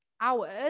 hours